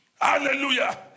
Hallelujah